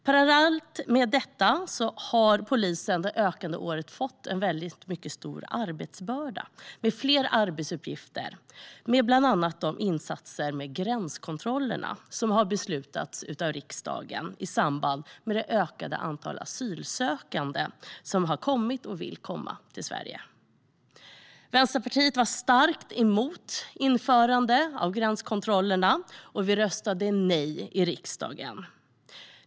Parallellt med detta har polisen det senaste året fått en mycket stor arbetsbörda med fler arbetsuppgifter. Det handlar bland annat om insatser när det gäller gränskontrollerna, som har beslutats av riksdagen i samband med det ökade antalet asylsökande som har kommit eller vill komma till Sverige. Vänsterpartiet var starkt emot införandet av gränskontrollerna. Vi röstade nej i riksdagen.